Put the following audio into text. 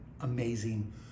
amazing